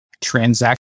transaction